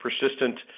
persistent